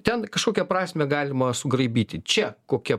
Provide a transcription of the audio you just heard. ten kažkokią prasmę galima sugraibyti čia kokia